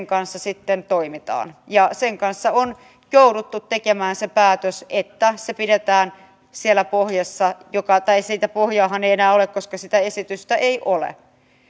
kanssa sitten toimitaan sen kanssa on jouduttu tekemään se päätös että se pidetään siellä pohjassa tai sitä pohjaahan ei enää ole koska sitä esitystä ei ole